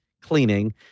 cleaning